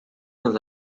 dans